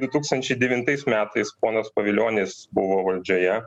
du tūkstančiai devintais metais ponas pavilionis buvo valdžioje